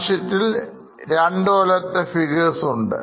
Balance ഷീറ്റിൽനമുക്ക് രണ്ടു കൊല്ലത്തെ figures ഉണ്ട്